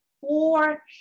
four